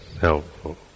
helpful